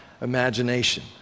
imagination